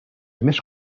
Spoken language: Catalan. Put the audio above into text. més